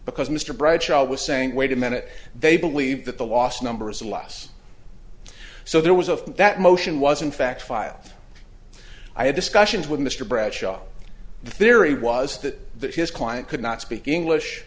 because mr bradshaw was saying wait a minute they believe that the last number is less so there was a that motion was in fact file i had discussions with mr bradshaw the theory was that that his client could not speak english